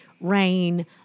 rain